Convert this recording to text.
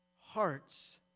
hearts